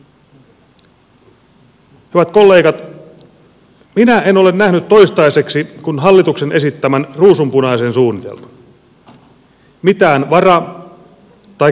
hyvät kollegat minä en ole nähnyt toistaiseksi kuin hallituksen esittämän ruusunpunaisen suunnitelman